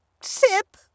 sip